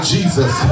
Jesus